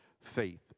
faith